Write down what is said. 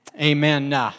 Amen